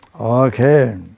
Okay